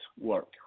work